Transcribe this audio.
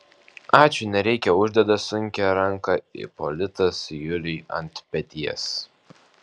ačiū nereikia uždeda sunkią ranką ipolitas juliui ant peties